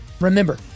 remember